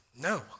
no